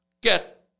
get